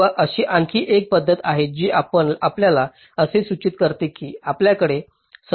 किंवा अशी आणखी एक पद्धत आहे जी आपल्याला असे सूचित करते की आपल्याकडे सतत मूल्य असू शकते